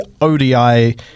ODI